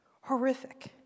Horrific